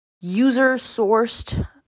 user-sourced